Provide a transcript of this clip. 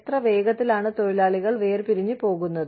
എത്ര വേഗത്തിലാണ് തൊഴിലാളികൾ വേർപിരിഞ്ഞ് പോകുന്നത്